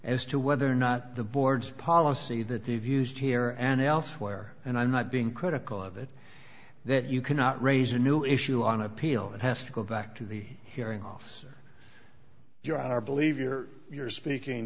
as to whether or not the board's policy that they've used here and elsewhere and i'm not being critical of it that you cannot raise a new issue on appeal that has to go back to the hearing officer your honor believe you're speaking